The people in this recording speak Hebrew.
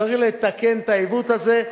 צריך לתקן את העיוות הזה,